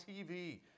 TV